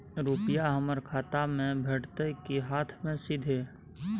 रुपिया हमर खाता में भेटतै कि हाँथ मे सीधे?